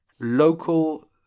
Local